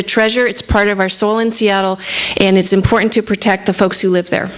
a treasure it's part of our soul in seattle and it's important to protect the folks who live there